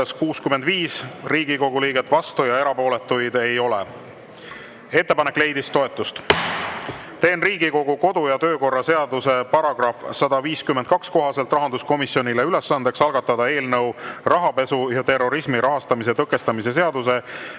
Riigikogu liiget, vastuolijaid ega erapooletuid ei ole. Ettepanek leidis toetust. Teen Riigikogu kodu‑ ja töökorra seaduse § 152 kohaselt rahanduskomisjonile ülesandeks algatada eelnõu rahapesu ja terrorismi rahastamise tõkestamise seaduse,